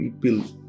people